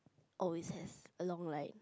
or is it a long ride